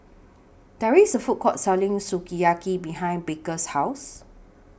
There IS A Food Court Selling Sukiyaki behind Baker's House